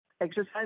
exercise